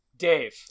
Dave